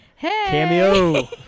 cameo